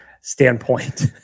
standpoint